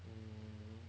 mmhmm